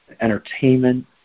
entertainment